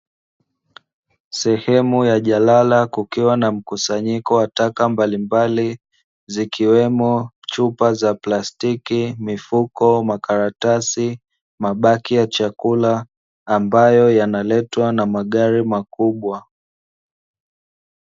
Sehemu ya jalala kukiwa na mkusanyiko wa taka mbalimbali zikiwemo: chupa za plastiki, mifuko, makaratasi, mabaki ya chakula; ambayo yanaletwa na magari makubwa.